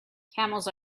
camels